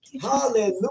Hallelujah